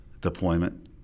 deployment